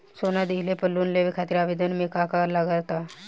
सोना दिहले पर लोन लेवे खातिर आवेदन करे म का का लगा तऽ?